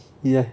ya